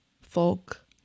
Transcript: folk